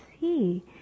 see